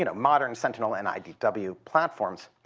you know modern sentinel and idw platforms.